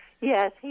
Yes